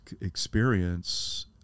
experience